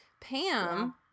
Pam